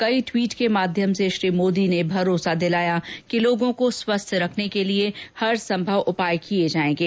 कई टवीट के माध्यम से श्री मोदी ने भरोसा दिलाया कि लोगों को स्वस्थ रखने के लिए हरसंभव उपाय किये जायेंगे